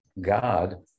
God